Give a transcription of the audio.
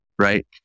right